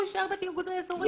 הוא יישאר בתיאגוד האזורי,